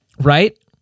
Right